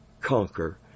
conquer